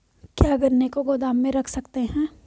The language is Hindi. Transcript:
क्या गन्ने को गोदाम में रख सकते हैं?